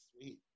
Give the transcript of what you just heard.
sweet